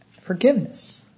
forgiveness